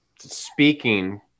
speaking